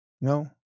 No